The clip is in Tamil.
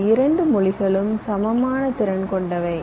இந்த இரண்டு மொழிகளும் சமமான திறன் கொண்டவை